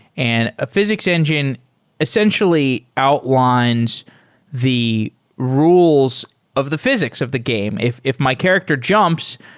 and a physics engine essentially outlines the rules of the physics of the game. if if my character jumps,